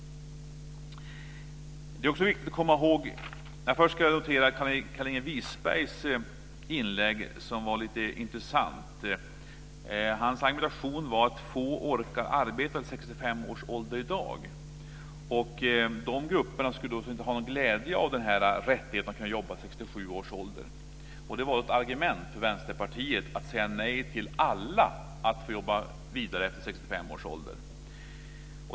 Carlinge Wisbergs inlägg var lite intressant. Hans argument var att få orkar arbeta till 65 års ålder i dag och att dessa människor inte skulle ha någon glädje av denna rättighet att få jobba till 67 års ålder. Det är alltså ett argument för Vänsterpartiet att säga nej till alla att få jobba vidare efter 65 års ålder.